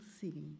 see